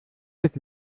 jetzt